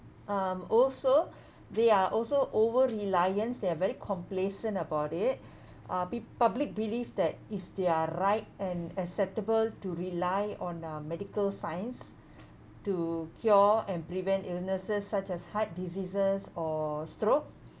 um also they are also over reliance they are very complacent about it uh peo~ public belief that is their right and acceptable to rely on uh medical science to cure and prevent illnesses such as heart diseases or stroke